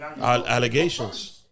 allegations